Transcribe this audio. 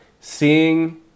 Seeing